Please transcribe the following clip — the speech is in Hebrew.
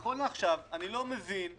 נאמר לי, ואני תומך בזה,